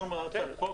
מבוסס.